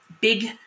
big